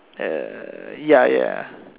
uh ya ya